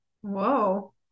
Whoa